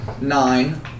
Nine